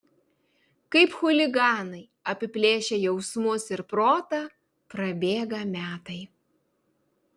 kaip chuliganai apiplėšę jausmus ir protą prabėga metai